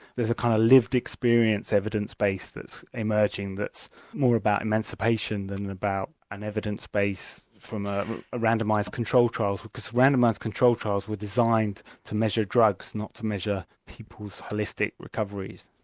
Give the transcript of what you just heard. there's a kind of lived experience evidence base that's emerging that's more about emancipation than about an evidence based from ah randomised control trials. because randomised control trials were designed to measure drugs, not to measure people's holistic recoveries.